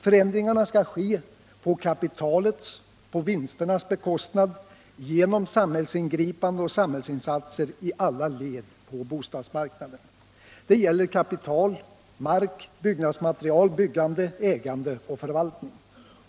Förändringarna skall ske på kapitalets, på vinsternas bekostnad, genom samhällsingripanden och samhällsinsatser i alla led på bostadsmarknaden. Det gäller kapital, mark, byggnadsmaterial, byggande, ägande och förvaltning.